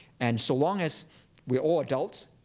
and so long as we're all adults,